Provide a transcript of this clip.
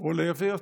או לייבא יותר.